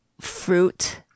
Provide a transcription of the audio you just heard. fruit